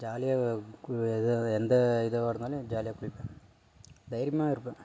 ஜாலியாக கு எது எந்த இதுவாக இருந்தாலும் ஜாலியாக குளிப்பேன் தைரியமாக இருப்பேன்